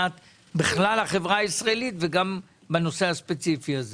לחברה הישראלית וגם בנושא הספציפי הזה.